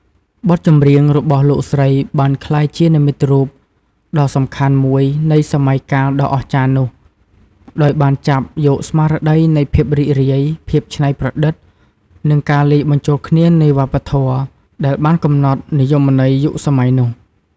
បទចម្រៀងរបស់លោកស្រីបានក្លាយជានិមិត្តរូបដ៏សំខាន់មួយនៃសម័យកាលដ៏អស្ចារ្យនោះ ដោយបានចាប់យកស្មារតីនៃភាពរីករាយ ភាពច្នៃប្រឌិត និងការលាយបញ្ចូលគ្នានៃវប្បធម៌ ដែលបានកំណត់និយមន័យយុគសម័យនោះ។